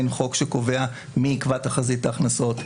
אין חוק שקובע מי יקבע תחזית הכנסות,